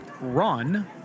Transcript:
Run